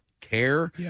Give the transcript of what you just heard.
care